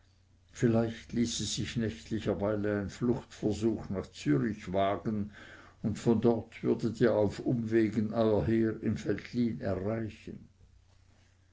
vielleicht ließe sich nächtlicherweile ein fluchtversuch nach zürich wagen und von dort würdet ihr auf umwegen euer heer im veltlin erreichen